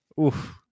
Oof